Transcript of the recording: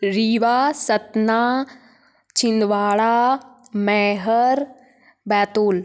Rewa Satna Chhindwara Maihar Betul